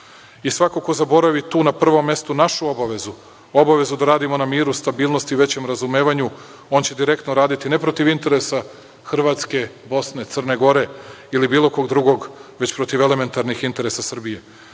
ko zaboravi tu na prvom mestu našu obavezu, obavezu da radimo na miru, stabilnosti i većem razumevanju, on će direktno raditi ne protiv interesa Hrvatske, Bosne i Crne Gore ili bilo kog drugog, već protiv elementarnih interesa Srbije.